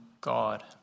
God